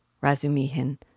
Razumihin